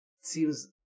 seems